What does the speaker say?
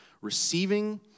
receiving